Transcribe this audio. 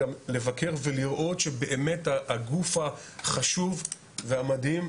לבקר ולראות שבאמת הגוף החשוב והמדהים,